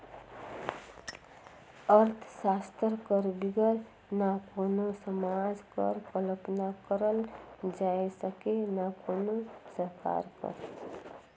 अर्थसास्त्र कर बिगर ना कोनो समाज कर कल्पना करल जाए सके ना कोनो सरकार कर